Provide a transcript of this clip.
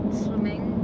swimming